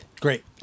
Great